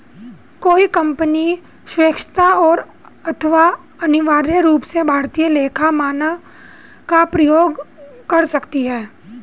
कोई कंपनी स्वेक्षा से अथवा अनिवार्य रूप से भारतीय लेखा मानक का प्रयोग कर सकती है